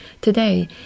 Today